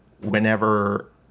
whenever